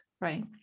right